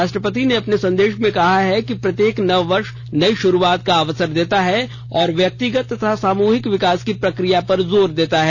राष्ट्रपति ने अपने संदेश में कहा है कि प्रत्येक नववर्ष नई शुरुआत का अवसर देता है और व्यक्तिगत तथा सामूहिक विकास की प्रक्रिया पर जोर देता है